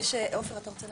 עופר, אתה רוצה לענות?